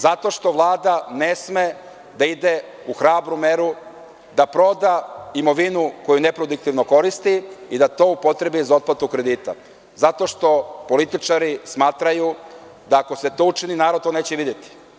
Zato što Vlada ne sme da ide u hrabru meru da proda imovinu koju neproduktivno koristi i da to upotrebi za otplatu kredita, zato što političari smatraju da, ako se to učini, narod to neće videti.